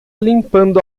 limpando